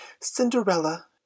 Cinderella